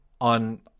on